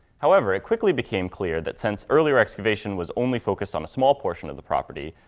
however, it quickly became clear that since earlier excavation was only focused on a small portion of the property,